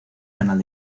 canal